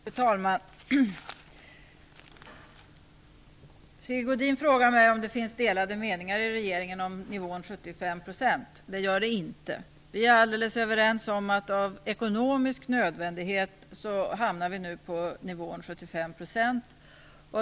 Fru talman! Sigge Godin frågade om det finns delade meningar i regeringen om nivån 75 %. Det gör det inte. Vi är alldeles överens. Av ekonomisk nödvändighet hamnar vi på nivån 75 %.